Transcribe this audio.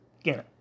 again